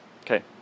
Okay